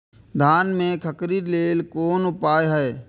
धान में खखरी लेल कोन उपाय हय?